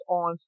on